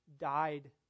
died